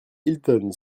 hilton